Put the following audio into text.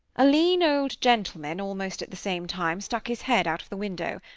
a lean old gentleman, almost at the same time, stuck his head out of the window.